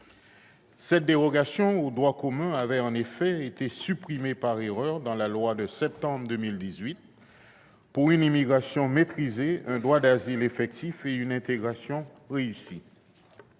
Cette dérogation au droit commun avait effectivement été supprimée par erreur dans la loi du 10 septembre 2018 pour une immigration maîtrisée, un droit d'asile effectif et une intégration réussie.